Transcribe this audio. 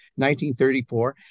1934